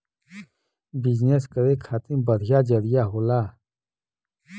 business करे खातिर बढ़िया जरिया होला